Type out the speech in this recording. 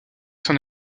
son